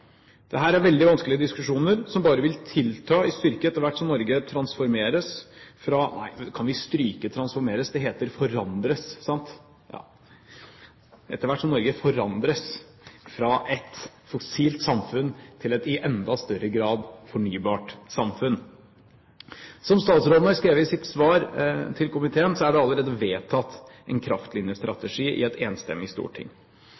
er veldig vanskelige diskusjoner som bare vil tilta i styrke etter hvert som Norge transformeres – kan vi stryke transformeres, det heter forandres, ikke sant – fra et fossilt samfunn til et i enda større grad fornybart samfunn. Som statsråden har skrevet i sitt svar til komiteen, er det allerede vedtatt en kraftlinjestrategi i et enstemmig storting.